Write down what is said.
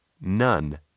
none